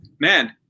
man